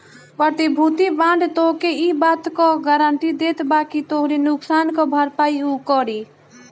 प्रतिभूति बांड तोहके इ बात कअ गारंटी देत बाकि तोहरी नुकसान कअ भरपाई उ करी